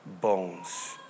bones